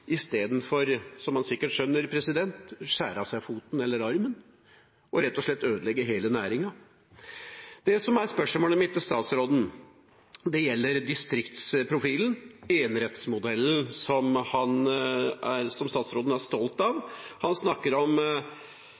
istedenfor – som man sikkert skjønner – å skjære av seg foten eller armen og rett og slett ødelegge hele næringen? Spørsmålet mitt til statsråden gjelder distriktsprofilen, enerettsmodellen, som han er stolt av. Han snakker om